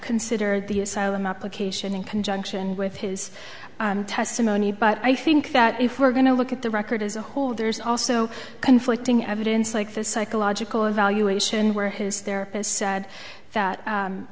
considered the asylum application in conjunction with his testimony but i think that if we're going to look at the record as a whole there's also conflicting evidence like this psychological evaluation where his therapist said that